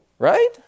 Right